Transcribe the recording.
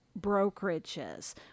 brokerages